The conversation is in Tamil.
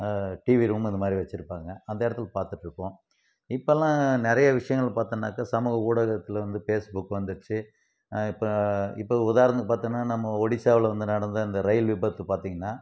டிவி ரூம் அந்தமாதிரி வச்சுருப்பாங்க அந்த இடத்தில் பார்த்துட்டு இருப்போம் இப்போலாம் நிறைய விஷயங்கள் பார்த்தனாக்க சமூக ஊடகத்தில் வந்து ஃபேஸ்புக் வந்திருச்சு இப்போ இப்போ உதாரணத்துக்கு பார்த்தனா நம்ம ஒடிசாவில் நடந்த அந்த ரயில் விபத்து பார்த்திங்கனா